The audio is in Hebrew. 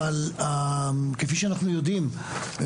אבל כפי שאנחנו יודעים,